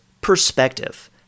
perspective